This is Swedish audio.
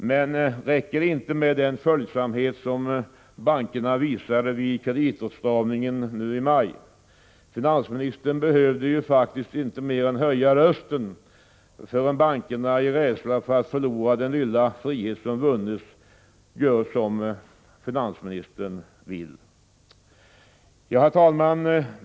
Men räcker det inte med den följsamhet som bankerna visade vid kreditåtstramningen nu i maj? Finansministern behövde ju faktiskt inte mer än höja rösten för att bankerna i rädsla för att förlora den lilla frihet som vunnits skulle göra som finansministern ville. Herr talman!